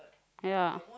ya